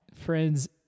friends